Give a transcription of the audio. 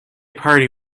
party